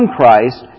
Christ